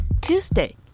Tuesday